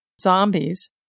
zombies